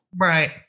Right